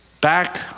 back